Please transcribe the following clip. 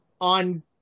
on